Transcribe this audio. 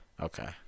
Okay